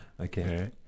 Okay